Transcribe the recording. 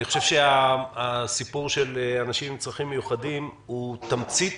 אני חושב שהסיפור של אנשים עם צרכים מיוחדים הוא תמצית